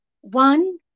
one